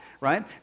right